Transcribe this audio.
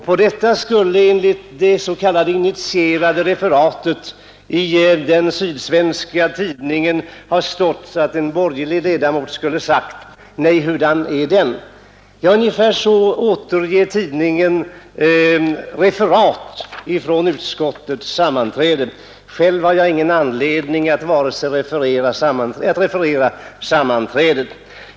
På detta skulle enligt det s.k. initierade referat i den sydsvenska tidningen ha stått att en borgerlig ledamot skulle ha sagt: Nej, hurudan är den? Ungefär så återger tidningen referat från utskottets sammanträden. Själv har jag ingen anledning att referera sammanträdena.